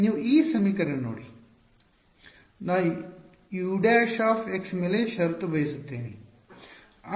ನೀವು ಈ ಸಮೀಕರಣ ನೋಡಿ ನಾನು U ′ ಮೇಲೆ ಷರತ್ತು ಬಯಸುತ್ತೇನೆ